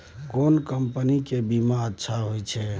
केना कंपनी के बीमा अच्छा होय छै?